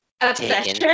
Obsession